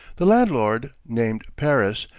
the landlord, named paris,